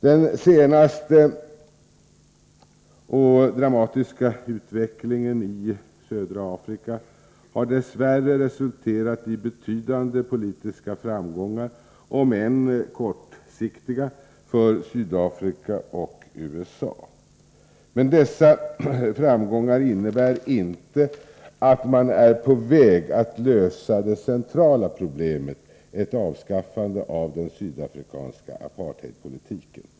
Den senaste dramatiska utvecklingen i Sydafrika har dess värre resulterat i betydande politiska framgångar, om än kortsiktiga, för Sydafrika och USA. Men dessa framgångar innebär inte att man är på väg att lösa det centrala problemet: ett avskaffande av den sydafrikanska apartheidpolitiken.